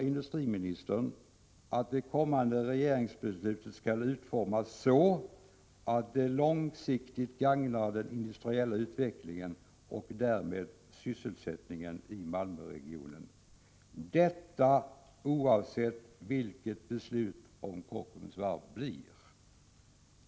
Industriministern framhåller nu att det kommande regeringsbeslutet skall utformas så, att det långsiktigt gagnar den industriella utvecklingen och därmed sysselsättningen i Malmöregionen, detta oavsett hur beslutet om Kockums varv blir.